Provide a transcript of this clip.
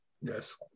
Yes